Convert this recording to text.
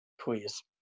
please